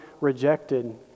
rejected